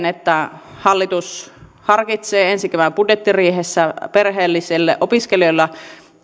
että hallitus harkitsee ensi kevään budjettiriihessä perheellisille opiskelijoille